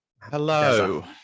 Hello